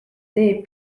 tee